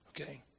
Okay